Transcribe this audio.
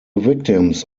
victims